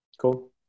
Cool